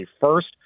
first